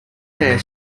hair